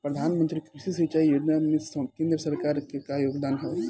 प्रधानमंत्री कृषि सिंचाई योजना में केंद्र सरकार क का योगदान ह?